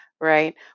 right